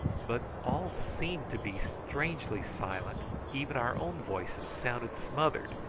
but all seemed to be strangely silent, even our own voices sounded smothered,